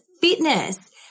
fitness